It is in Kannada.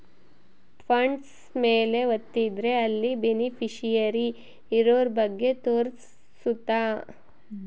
ಫಂಡ್ಸ್ ಮೇಲೆ ವತ್ತಿದ್ರೆ ಅಲ್ಲಿ ಬೆನಿಫಿಶಿಯರಿ ಇರೋರ ಬಗ್ಗೆ ತೋರ್ಸುತ್ತ